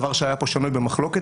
דבר שהיה פה שנוי במחלוקת,